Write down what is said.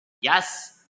yes